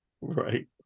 Right